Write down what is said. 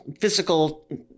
physical